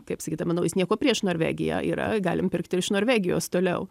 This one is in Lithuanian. kaip sakyt manau jis nieko prieš norvegiją yra galim pirkti iš norvegijos toliau